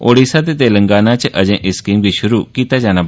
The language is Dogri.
ओडीशा ते तेलंगाना च अर्जे इस स्कीम गी शुरु कीता जाना ऐ